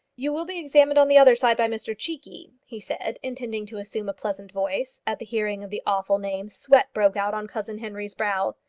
you will be examined on the other side by mr cheekey, he said, intending to assume a pleasant voice. at the hearing of the awful name, sweat broke out on cousin henry's brow.